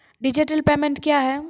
Digital payment क्या हैं?